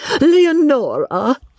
Leonora